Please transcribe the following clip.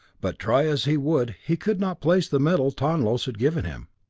but try as he would, he could not place the metal tonlos had given him.